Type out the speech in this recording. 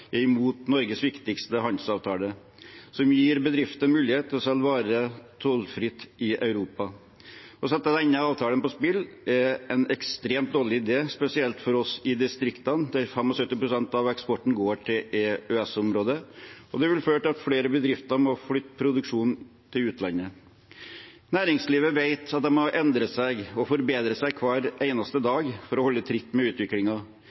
er imot Norges viktigste handelsavtale, som gir bedrifter mulighet til å selge varer tollfritt i Europa. Å sette denne avtalen på spill er en ekstremt dårlig idé, spesielt for oss i distriktene, der 75 pst. av eksporten går til EØS-området, og det vil føre til at flere bedrifter må flytte produksjonen til utlandet. Næringslivet vet at de må endre seg og forbedre seg hver eneste dag for å holde tritt med